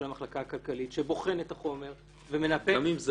המחלקה הכלכלית שבוחן את החומר ומנפק -- גם אם זה